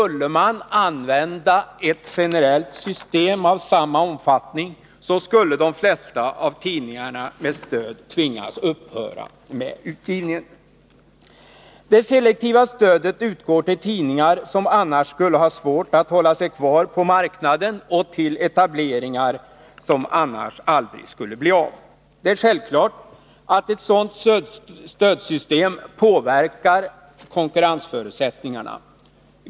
Med ett generellt system av samma omfattning skulle de flesta av tidningarna med stöd tvingas upphöra med utgivningen. Det selektiva stödet utgår till tidningar som annars skulle ha svårt att hålla sig kvar på marknaden och till etableringar som annars aldrig skulle bli av. Det är självklart att ett sådant stödsystem påverkar konkurrensförutsättningarna.